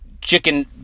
chicken